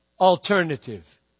alternative